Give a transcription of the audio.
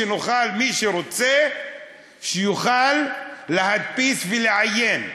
שמי שרוצה יוכל להדפיס ולעיין.